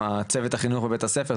הצוות החינוך בבית הספר,